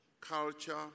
culture